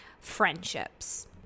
friendships